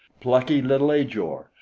plucky little ajor!